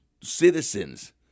citizens